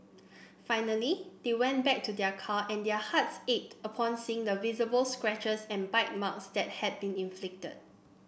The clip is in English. finally they went back to their car and their hearts ached upon seeing the visible scratches and bite marks that had been inflicted